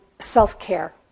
self-care